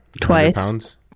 Twice